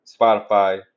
Spotify